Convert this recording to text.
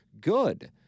good